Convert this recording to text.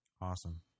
Awesome